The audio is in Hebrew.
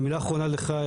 ומילה אחרונה לך,